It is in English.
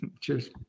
Cheers